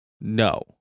No